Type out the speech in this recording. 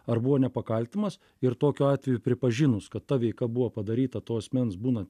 ar buvo nepakaltinamas ir tokiu atveju pripažinus kad ta veika buvo padaryta to asmens būnant